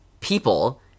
people